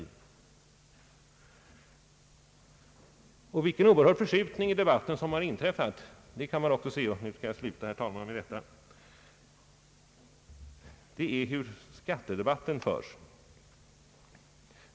Vilken oerhörd förskjutning av debatien som har inträffat kan man se av det sält på vilket skattedebatten förs.